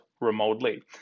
remotely